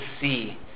see